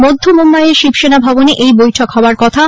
মধ্য মুম্বাইয়ে শিবসেনা ভবনে এই বৈঠক হওয়ার কথা